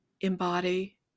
embody